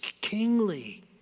kingly